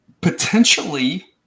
potentially